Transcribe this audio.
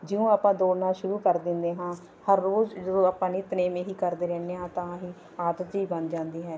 ਜਿਉਂ ਆਪਾਂ ਦੌੜਨਾ ਸ਼ੁਰੂ ਕਰ ਦਿੰਦੇ ਹਾਂ ਹਰ ਰੋਜ਼ ਜਦੋਂ ਆਪਾਂ ਨਿਤਨੇਮ ਇਹੀ ਕਰਦੇ ਰਹਿੰਦੇ ਹਾਂ ਤਾਂ ਹੀ ਆਦਤ ਜਿਹੀ ਬਣ ਜਾਂਦੀ ਹੈ